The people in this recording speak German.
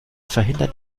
verhindern